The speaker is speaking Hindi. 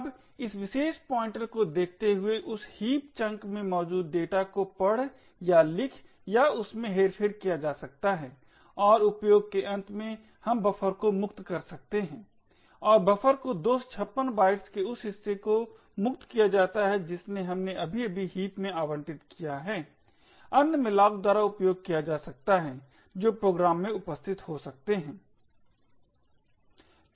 अब इस विशेष पॉइंटर को देखते हुए उस हीप चंक में मौजूद डेटा को पढ़ या लिख या उसमें हेरफेर किया जा सकता है और उपयोग के अंत में हम बफर को मुक्त कर सकते हैं और बफर को 256 बाइट्स के उस हिस्से को मुक्त किया जाता है जिसे हमने अभी अभी हीप में आवंटित किया है अन्य malloc द्वारा उपयोग किया जा सकता है जो प्रोग्राम में उपस्थित हो सकते हैं